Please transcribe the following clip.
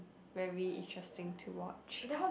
very interesting to watch